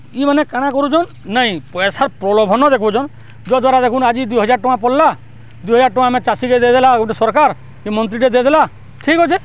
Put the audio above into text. ଇ ମାନେ କାଣା କରୁଚନ୍ ନାଇଁ ପଏସା ପ୍ରଲୋଭନ ଦେଖଉଚନ୍ ଯଦ୍ୱାରା ଦେଖୁନ୍ ଆଜି ଦୁଇ ହଜାର ଟଙ୍କା ପଡ଼୍ଲା ଦୁଇ ହଜାର ଟଙ୍କା ଆମେ ଚାଷୀକେ ଦେଇ ଦେଲା ଗୁଟେ ସରକାର୍ ଇ ମନ୍ତ୍ରୀଟେ ଦେଇ ଦେଲା ଠିକ୍ ଅଛେ